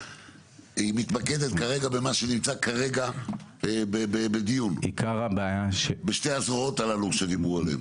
היא מתמקדת כרגע במה שנמצא כרגע בדיון בשתי הזרועות הללו שדיברו עליהם?